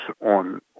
on